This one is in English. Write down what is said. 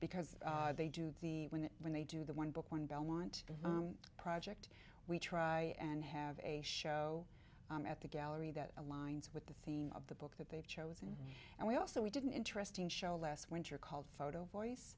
because they do the when they when they do the one book one belmont project we try and have a show at the gallery that aligns with the theme of the book that they've chosen and we also we didn't interesting show last winter called photo voice